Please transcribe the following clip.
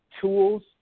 Tools